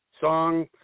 song